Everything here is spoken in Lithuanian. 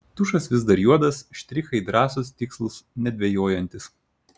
tušas vis dar juodas štrichai drąsūs tikslūs nedvejojantys